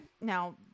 Now